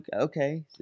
okay